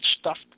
stuffed